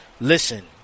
Listen